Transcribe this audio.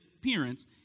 appearance